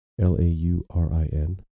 L-A-U-R-I-N